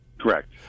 Correct